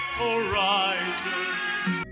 horizons